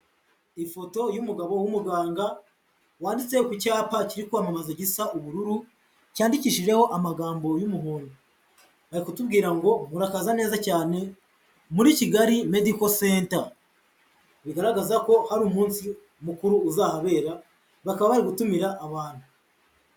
Ifoto y'umugabo w'umuganga wanditse ku cyapa kiri kwamamaza gisa ubururu cyandikishijeho amagambo y'umuhondo, bari kutubwira ngo murakaza neza cyane muri Kigali Medical Center, bigaragaza ko ari umunsi mukuru uzahabera bakaba bari gutumira abantu,